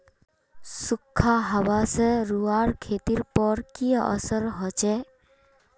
सुखखा हाबा से रूआँर खेतीर पोर की असर होचए?